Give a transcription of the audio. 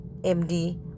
MD